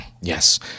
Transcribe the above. Yes